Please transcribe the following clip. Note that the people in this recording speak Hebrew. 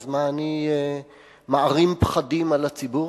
אז מה אני מערים פחדים על הציבור?